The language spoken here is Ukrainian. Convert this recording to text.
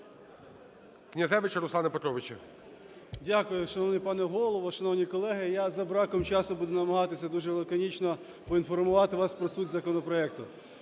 Дякую. Шановний пане Голово, шановні колеги, я, за браком часу буду намагатися дуже лаконічно поінформувати вас про суть законопроекту.